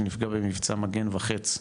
שנפגע במבצע 'מגן וחץ',